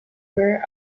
were